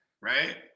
Right